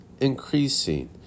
increasing